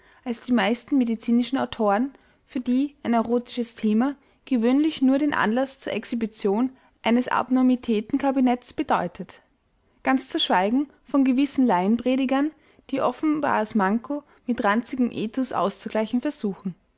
als die meisten medizinischen autoren für die ein erotisches thema gewöhnlich nur den anlaß zur exhibition eines abnormitätenkabinetts bedeutet ganz zu schweigen von gewissen laienpredigern die ihr offenbares manko mit ranzigem ethos auszugleichen versuchen